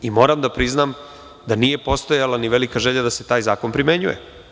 Moram da priznam da nije postojala ni velika želja da se taj zakon primenjuje.